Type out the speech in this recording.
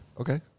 Okay